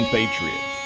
Patriots